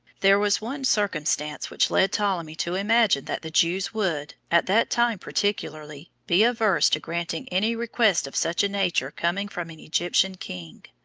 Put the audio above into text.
there was one circumstance which led ptolemy to imagine that the jews would, at that time particularly, be averse to granting any request of such a nature coming from an egyptian king,